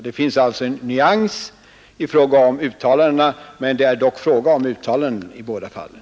Det finns alltså en nyansskillnad i fråga om uttalandena, men det är fråga om uttalanden i båda fallen.